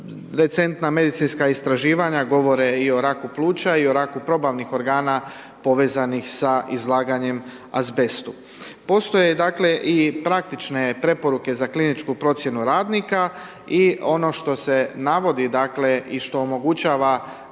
recentna medicinska istraživanja govore i o raku pluća i o raku probavnih organa povezanih sa izlaganjem azbestu. Postoje dakle i praktične preporuke za kliničku procjenu radnika i ono što se navodi dakle i što omogućava